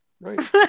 Right